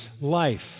life